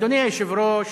אדוני היושב-ראש,